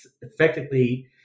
effectively